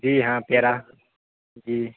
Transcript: جی ہاں پیڑا جی